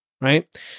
right